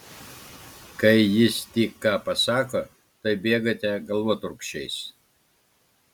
kai jis tik ką pasako tuoj bėgate galvotrūkčiais